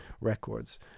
records